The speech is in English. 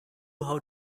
how